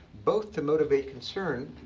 both to motivate concern,